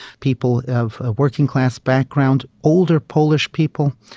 people of working-class background, older polish people.